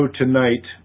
tonight